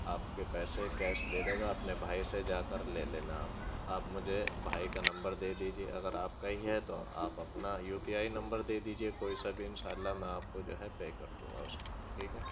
آپ کے پیسے کیش دے دے گا اپنے بھائی سے جا کر لے لینا آپ مجھے بھائی کا نمبر دے دیجیے اگر آپ کا ہی تو آپ اپںا یو پی آئی نمبر دے دیجیے کوئی سا بھی ان شاء اللہ میں آپ کو جو ہے پے کر دوں گا اس میں ٹھیک ہے